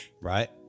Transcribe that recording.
Right